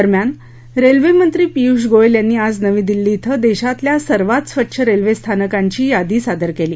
दरम्यान रेल्वे मंत्री पियुष गोयल यांनी आज नवी दिल्ली धिं देशातल्या सर्वात स्वच्छ रेल्वे स्थानकांची यादी सादर केली